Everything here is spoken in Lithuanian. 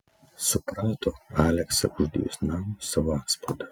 suprato aleksę uždėjus namui savo antspaudą